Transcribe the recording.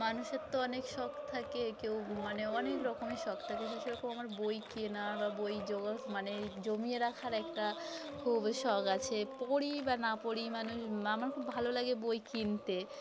মানুষের তো অনেক শখ থাকে কেউ মানে অনেক রকমের শখ থাকে সে সেরকম আমার বই কেনার বা বই জোগাড় মানে জমিয়ে রাখার একটা খুব শক আছে পড়ি বা না পড়ি মানুষ আমার খুব ভালো লাগে বই কিনতে